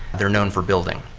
they are known for building.